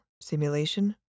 simulation